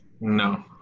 No